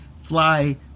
fly